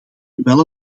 wel